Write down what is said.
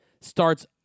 starts